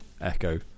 echo